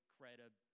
credibility